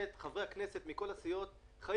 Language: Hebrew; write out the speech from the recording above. לעשות עוד סיבוב אחד שגם הרשויות המקומיות,